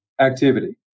activity